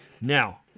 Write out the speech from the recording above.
Now